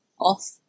off